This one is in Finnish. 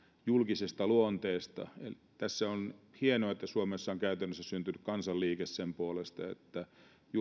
julkisesta luonteesta tässä on hienoa että suomessa on käytännössä syntynyt kansanliike sen puolesta että